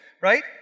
Right